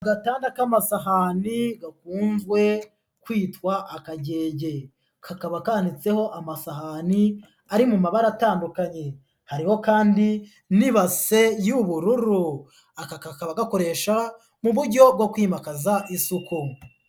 Agatanda k'amasahani gakunzwe kwitwa akagege, kakaba kanitseho amasahani ari mu mabara atandukanye, hariho kandi n'ibase y'ubururu, aka kakaba gakoresha mu buryo bwo kwimakaza isuku.